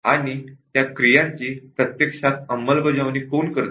आणि त्या क्रियांची प्रत्यक्षात अंमलबजावणी कोण करते